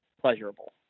pleasurable